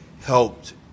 helped